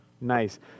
nice